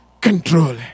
control